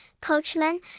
Coachman